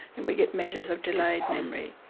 and we get measures of delayed memory.